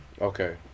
Okay